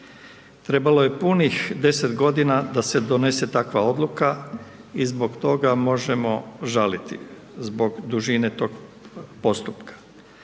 Trebalo je punih 10.g. da se donese takva odluka i zbog toga možemo žaliti, zbog dužine tog postupka,